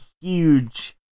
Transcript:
huge